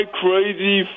crazy